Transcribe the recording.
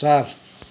चार